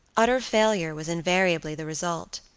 utter failure was invariably the result.